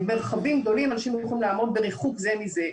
אנשים צריכים לשבת בריחוק זה מזה.